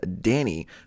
Danny